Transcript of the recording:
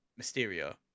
Mysterio